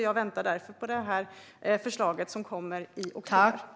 Jag väntar därför på det förslag som kommer i oktober.